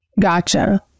Gotcha